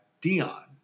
Dion